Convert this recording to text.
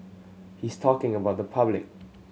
he's talking about the public